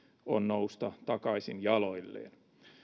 on nousta takaisin jaloilleen